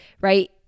right